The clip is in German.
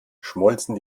schmolzen